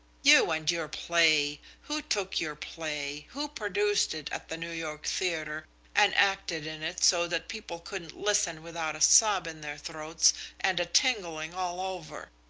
you and your play! who took your play? who produced it at the new york theatre and acted in it so that people couldn't listen without a sob in their throats and a tingling all over?